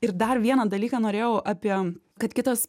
ir dar vieną dalyką norėjau apie kad kitas